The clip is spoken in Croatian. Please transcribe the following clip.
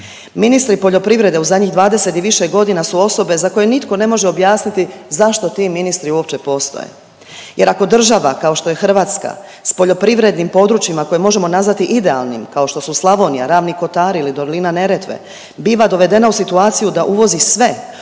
Ministri poljoprivrede u zadnjih 20 i više godina su osobe za koje nitko ne može objasniti zašto ti ministri uopće postoje, jer ako država kao što je Hrvatska sa poljoprivrednim područjima koja možemo nazvati idealnim kao što su Slavonija, Ravni Kotari ili dolina Neretve biva dovedena u situaciju da uvozi sve